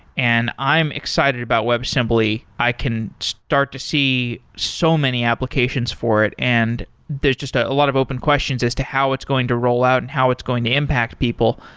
and i am excited about webassembly. i can start to see so many applications for it, and there're just a lot of open questions as to how it's going to roll out and how it's going to impact people,